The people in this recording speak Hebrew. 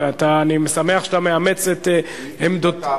אני שמח שאתה מאמץ את עמדותיו,